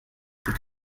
could